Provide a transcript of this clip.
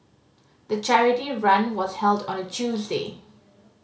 the charity run was held on a Tuesday